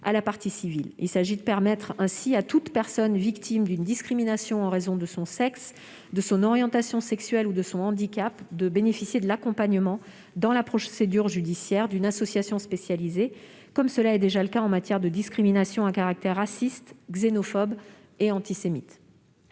Il s'agit de permettre ainsi à toute personne victime d'une discrimination en raison de son sexe, de son orientation sexuelle ou de son handicap de bénéficier, au cours de la procédure, de l'accompagnement d'une association spécialisée, comme cela est déjà le cas en matière de discrimination à caractère raciste, xénophobe et antisémite.